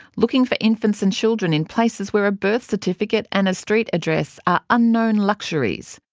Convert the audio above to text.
looking for infants and children in places where a birth certificate and a street address are unknown luxuries.